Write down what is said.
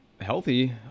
healthy